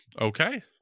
Okay